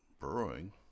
Brewing